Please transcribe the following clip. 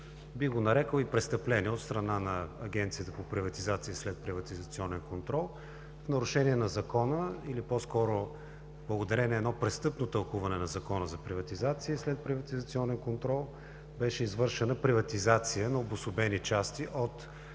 бих го нарекъл, престъпление от страна на Агенцията за приватизация и следприватизационен контрол. В нарушение на закона или по-скоро благодарение на престъпно тълкуване на Закона за приватизация и следприватизационен контрол беше извършена приватизация на обособени части от